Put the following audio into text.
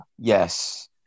Yes